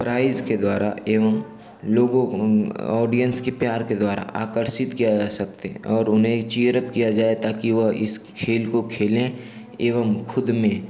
price के द्वारा एवं लोगों को ऑडियन्स के प्यार के द्वारा आकर्षित किया जा सकते हैं और उन्हें चियरअप किया जाए ताकि युवा इस खेल को खेलें एवं खुद में